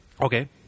Okay